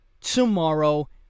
tomorrow